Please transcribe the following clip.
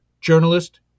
journalist